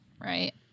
Right